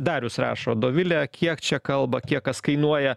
darius rašo dovilė kiek čia kalba kiek kas kainuoja